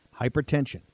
Hypertension